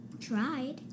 tried